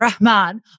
Rahman